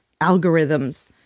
algorithms